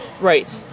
right